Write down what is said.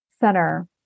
center